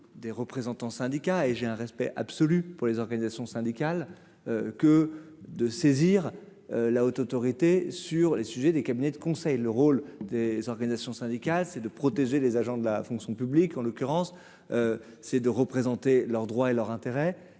des représentants syndicats et j'ai un respect absolu pour les organisations syndicales que de saisir. La Haute autorité sur les sujets des cabinets de conseil, le rôle des organisations syndicales, c'est de protéger les agents de la fonction publique, en l'occurrence c'est de représenter leurs droits et leur intérêt